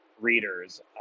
readers